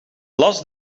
las